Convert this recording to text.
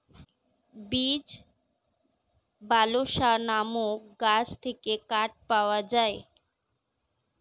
beech, balsa নামক গাছ থেকে কাঠ পাওয়া যায়